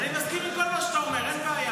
אני מסכים עם כל מה שאתה אומר, אין בעיה.